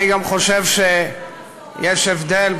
אני גם חושב שיש הבדל,